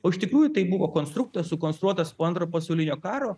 o iš tikrųjų tai buvo konstruktas sukonstruotas po antro pasaulinio karo